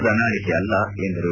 ಪ್ರಣಾಳಿಕೆ ಅಲ್ಲ ಎಂದರು